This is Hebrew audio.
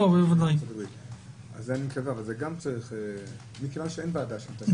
מכיוון שאין ועדה שעוסקת בזה,